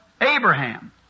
Abraham